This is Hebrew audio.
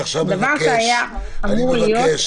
דבר שהוא היה אמור להיות מיודע לגביו.